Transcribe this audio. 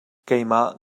keimah